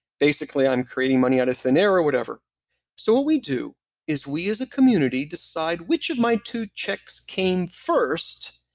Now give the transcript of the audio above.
basically i'm creating money out of thin or whatever so what we do is we as a community decide which of my two checks came first,